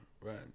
right